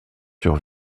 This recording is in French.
sur